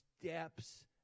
steps